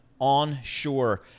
onshore